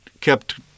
kept